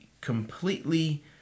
completely